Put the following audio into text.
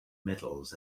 medals